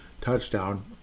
touchdown